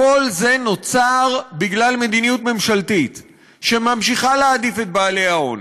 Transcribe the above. כל זה נוצר בגלל מדיניות ממשלתית שממשיכה להעדיף את בעלי ההון,